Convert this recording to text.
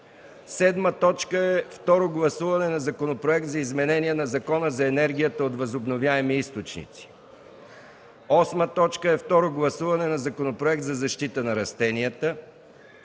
поръчки. 7. Второ гласуване на Законопроект за изменение на Закона за енергията от възобновяеми източници. 8. Второ гласуване на Законопроект за защита на растенията.